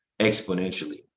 exponentially